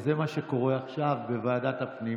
וזה מה שקורה עכשיו בוועדת הפנים,